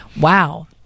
wow